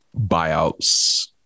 buyouts